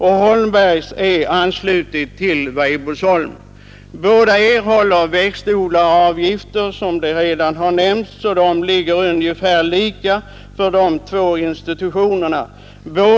Algot Holmberg och Söner AB är anslutet till Weibullsholm. Båda dessa institutioner erhåller växtförädlingsavgifter, som redan har nämnts, i lika stor omfattning.